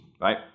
right